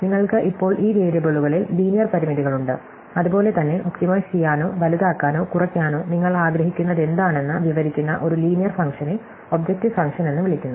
നിങ്ങൾക്ക് ഇപ്പോൾ ഈ വേരിയബിളുകളിൽ ലീനിയർ പരിമിതികളുണ്ട് അതുപോലെ തന്നെ ഒപ്റ്റിമൈസ് ചെയ്യാനോ വലുതാക്കാനോ കുറയ്ക്കാനോ നിങ്ങൾ ആഗ്രഹിക്കുന്നതെന്താണെന്ന് വിവരിക്കുന്ന ഒരു ലീനിയർ ഫംഗ്ഷനെ ഒബ്ജക്ടീവ് ഫംഗ്ഷൻ എന്ന് വിളിക്കുന്നു